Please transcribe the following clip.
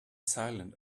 silent